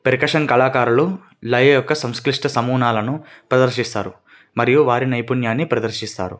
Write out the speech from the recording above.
percussion కళాకారులు లయ యొక్క సంక్లిష్ట నమూనాలను ప్రదర్శిస్తారు మరియు వారి నైపుణ్యాన్ని ప్రదర్శిస్తారు